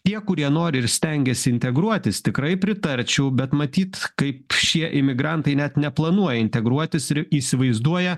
tie kurie nori ir stengiasi integruotis tikrai pritarčiau bet matyt kaip šie imigrantai net neplanuoja integruotis ir įsivaizduoja